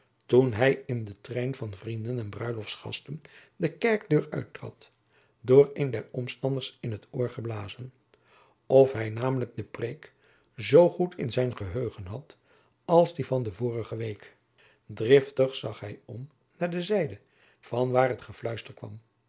toen hij in den trein van vrienden en bruiloftgasten de kerkdeur uittrad door een der omstanders in t oor geblazen of hij namelijk de preêk zoo goed in zijn geheugen had als die van de vorige week driftig zag hij om naar de zijde van waar het gefluister kwam